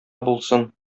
булсын